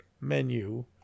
menu